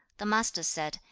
the master said,